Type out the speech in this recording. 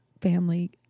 family